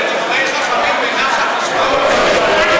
דברי חכמים בנחת נשמעים.